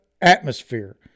atmosphere